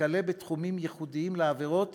וכלה בתחומים ייחודיים לעבירות